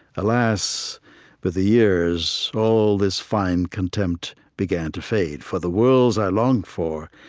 alas with the years all this fine contempt began to fade for the worlds i longed for,